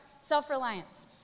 self-reliance